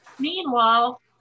Meanwhile